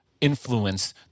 influence